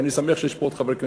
ואני שמח שיש פה עוד חברי כנסת,